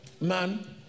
man